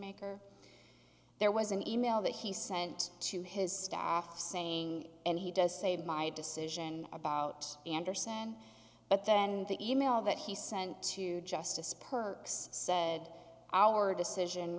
maker there was an e mail that he sent to his staff saying and he does say my decision about anderson but then the e mail that he sent to justice percs said our decision